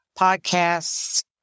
podcasts